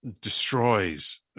destroys